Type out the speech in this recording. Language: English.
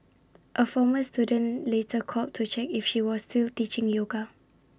A former student later called to check if she was still teaching yoga